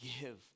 give